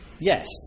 Yes